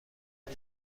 کمک